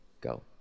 go